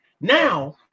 Now